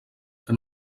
que